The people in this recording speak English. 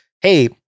Hey